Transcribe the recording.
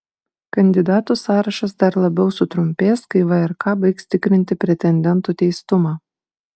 kandidatų sąrašas dar labiau sutrumpės kai vrk baigs tikrinti pretendentų teistumą